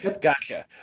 Gotcha